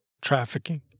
trafficking